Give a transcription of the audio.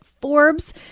Forbes